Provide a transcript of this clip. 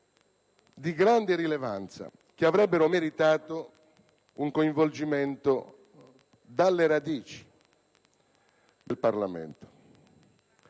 Maroni - che avrebbero meritato un coinvolgimento alle radici del Parlamento.